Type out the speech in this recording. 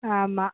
ஆமாம்